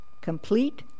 complete